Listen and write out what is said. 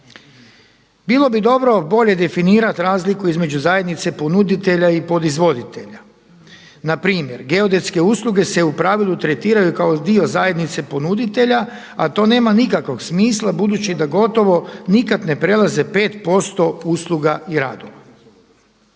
Bilo bi dobro bolje definirati razliku između zajednice ponuditelja i podizvoditelja. Na primjer, geodetske usluge se u pravilu tretiraju kao dio zajednice ponuditelja, a to nema nikakvog smisla budući da gotovo nikad ne prelaze 5% usluga i radova.